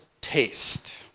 taste